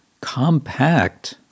compact